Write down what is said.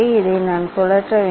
இதை நான் சுழற்ற வேண்டும்